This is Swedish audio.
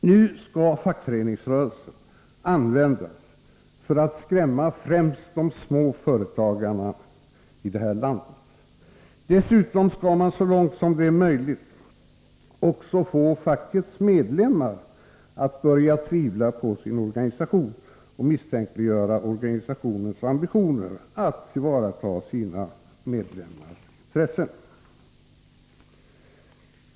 Nu skall fackföreningsrörelsen användas för att skrämma främst småföretagarna i det här landet. Dessutom skall man så långt det är möjligt också få fackets medlemmar att börja tvivla på sin organisation och misstänkliggöra organisationens ambitioner att tillvarata sina medlemmars intressen.